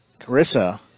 Carissa